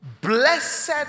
Blessed